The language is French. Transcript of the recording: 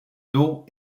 dos